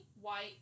white